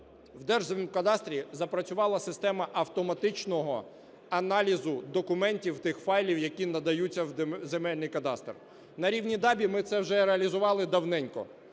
у Держземкадастрі запрацювала система автоматичного аналізу документів тих файлів, які надаються у земельний кадастр. На рівні ДАБІ ми це вже реалізували давненько.